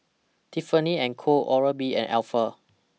Tiffany and Co Oral B and Alf